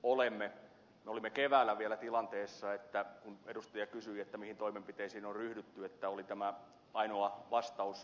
me olimme keväällä vielä tilanteessa että kun edustaja kysyi mihin toimenpiteisiin on ryhdytty oli tämä ainoa vastaus